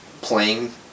playing